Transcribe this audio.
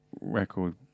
record